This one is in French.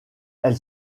elle